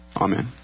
Amen